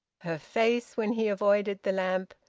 her face, when he avoided the lamp,